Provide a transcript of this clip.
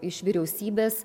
iš vyriausybės